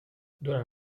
durant